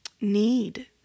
need